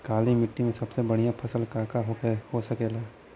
काली माटी में सबसे बढ़िया फसल का का हो सकेला?